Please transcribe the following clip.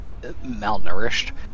malnourished